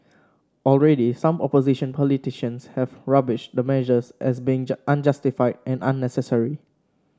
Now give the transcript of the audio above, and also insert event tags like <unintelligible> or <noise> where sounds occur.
already some opposition politicians have rubbished the measures as being <unintelligible> unjustified and unnecessary